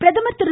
பிரதமர் திரு